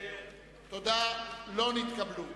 ההסתייגות לא נתקבלה.